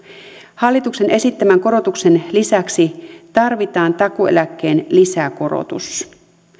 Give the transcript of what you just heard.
hallituksen esittämän korotuksen lisäksi tarvitaan takuueläkkeen lisäkorotus